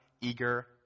eager